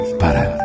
para